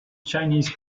chinese